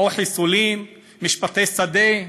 חיסולים, משפטי שדה,